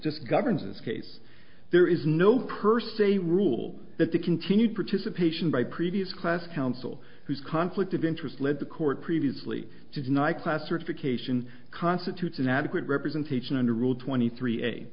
this governs this case there is no per se rule that the continued participation by previous class council whose conflict of interest led the court previously to deny class certification constitutes an adequate representation under rule twenty three